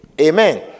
Amen